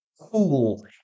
cool